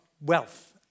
wealth